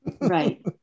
Right